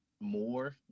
more